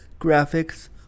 graphics